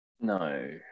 No